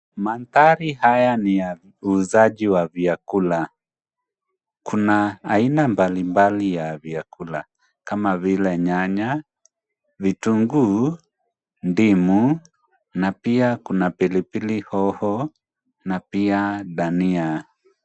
Maandhari haya ni ya uuzaji wa vyakula. Kuna aina mbalimbali ya vyakula kama vile nyanya, vitunguu, ndimu na pia kuna pilipili hoho na pia dania.